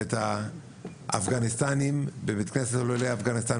ואת האפגניים בבית כנסת לעולי אפגניסטן.